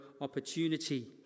opportunity